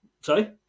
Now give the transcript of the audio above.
Sorry